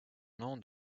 nom